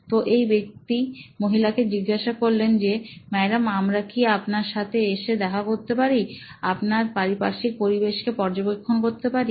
তো এই ব্যক্তি মহিলাকে জিজ্ঞাসা করলেন যে ম্যাডাম আমরা কি আপনার সাথে এসে দেখা করতে পারি আপনার পারিপার্শ্বিক পরিবেশ কে পর্যবেক্ষণ করতে পারি